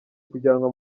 kujyanwa